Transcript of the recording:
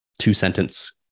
two-sentence